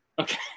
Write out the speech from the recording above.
Okay